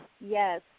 yes